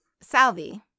Salvi